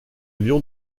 lion